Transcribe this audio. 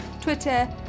twitter